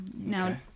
Now